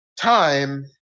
time